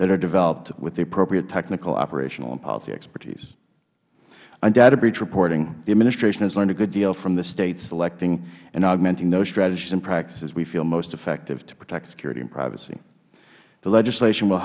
that are developed with appropriate technical operational and policy expertise on data breach reporting the administration has learned a great deal from the states selecting and augmenting the strategies and practices we feel most effective to protect security and privacy the legislation will